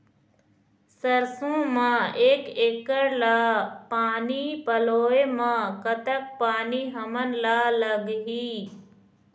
सरसों म एक एकड़ ला पानी पलोए म कतक पानी हमन ला लगही?